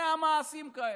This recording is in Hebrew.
100 מעשים כאלה,